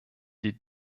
die